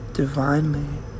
Divinely